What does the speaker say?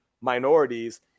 minorities